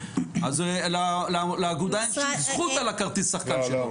אז לאגודה אין שום זכות על כרטיס השחקן שלו.